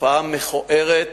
תופעה מכוערת,